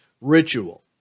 ritual